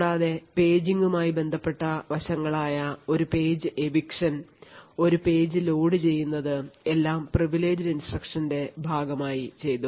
കൂടാതെ പേജിംഗുമായി ബന്ധപ്പെട്ട വശങ്ങളായ ഒരു പേജ് eviction ഒരു പേജ് ലോഡു ചെയ്യുന്നത് എല്ലാം privileged instruction ന്റെ ഭാഗമായി ചെയ്തു